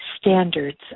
standards